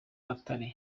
gatare